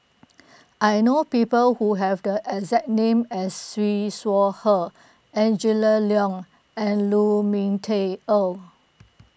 I know people who have the exact name as Siew Shaw Her Angela Liong and Lu Ming Teh Earl